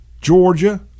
Georgia